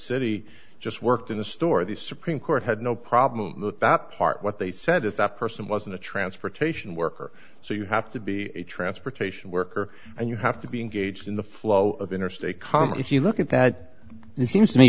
city just worked in the store the supreme court had no problem with that part what they said is that person was in the transportation worker so you have to be a transportation worker and you have to be engaged in the flow of interstate commerce if you look at that and it seems to me